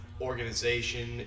organization